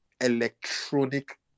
electronic